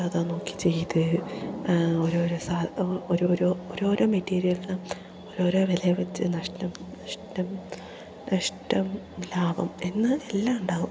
അത് നോക്കി ചെയ്ത് ഓരോരോ സാ ഓരോരോ ഓരോരോ മെറ്റീരിയലിനും ഓരോരോ വില വെച്ച് നഷ്ടം നഷ്ടം നഷ്ടം ലാഭം എന്ന് എല്ലാം ഉണ്ടാകും